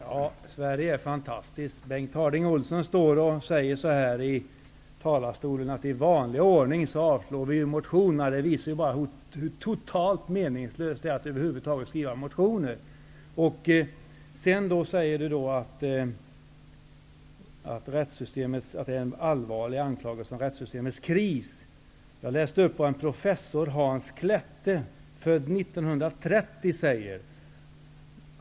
Herr talman! Sverige är fantastiskt. Bengt Harding Olson säger i talarstolen att vi i vanlig ordning avstyrker motionerna. Det visar hur totalt meningslöst det är att över huvud taget skriva motioner. Vidare påstår han att mitt tal om rättssamhällets kris är en allvarlig anklagelse. Jag läste upp vad professor Hans Klette, född 1930, har sagt.